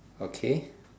okay